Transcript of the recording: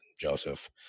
Joseph